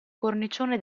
cornicione